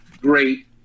great